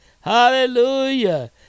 hallelujah